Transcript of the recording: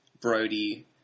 Brody